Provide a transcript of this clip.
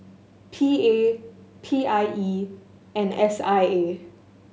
P A P I E and S I A